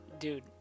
Dude